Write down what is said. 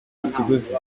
ikiguzi